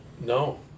No